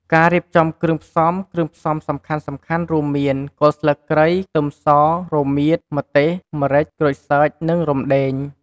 ការរៀបចំគ្រឿងផ្សំ គ្រឿងផ្សំសំខាន់ៗរួមមាន គល់ស្លឹកគ្រៃ ខ្ទឹមស រមៀត ម្ទេស ម្រេច ក្រូចសើច និងរំដេង។